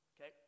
okay